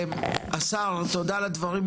אוקיי, השר תודה על הדברים.